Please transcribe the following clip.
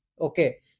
okay